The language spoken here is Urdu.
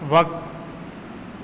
وقت